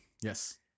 Yes